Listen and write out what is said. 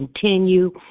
continue